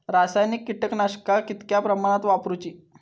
रासायनिक कीटकनाशका कितक्या प्रमाणात वापरूची?